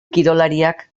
kirolariak